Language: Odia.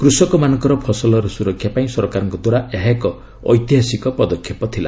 କୃଷକମାନଙ୍କର ଫସଲର ସୁରକ୍ଷା ପାଇଁ ସରକାରଙ୍କଦ୍ୱାରା ଏହା ଏକ ଐତିହାସିକ ପଦକ୍ଷେପ ଥିଲା